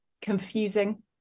confusing